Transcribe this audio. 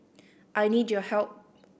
I need your help